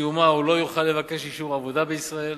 סיומה הוא לא יוכל לבקש אישור עבודה בישראל,